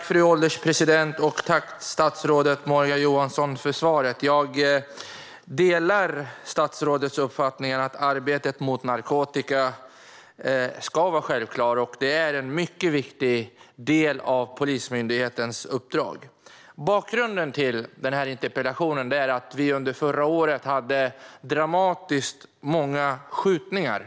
Fru ålderspresident! Jag tackar statsrådet för svaret. Jag delar statsrådets uppfattning att arbetet mot narkotika är en självklar och mycket viktig del av Polismyndighetens uppdrag. Bakgrunden till min interpellation är att Sverige under förra året hade dramatiskt många skjutningar.